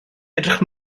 edrych